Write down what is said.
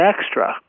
extra